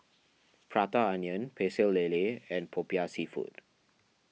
Prata Onion Pecel Lele and Popiah Seafood